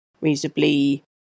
reasonably